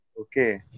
Okay